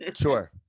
Sure